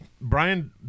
Brian